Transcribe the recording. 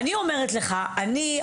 בעיניי,